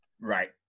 right